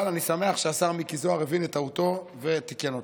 אבל אני שמח שהשר מיקי זוהר הבין את טעותו ותיקן אותה.